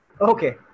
Okay